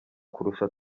kurusha